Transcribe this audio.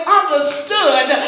understood